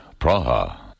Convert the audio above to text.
Praha